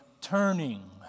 turning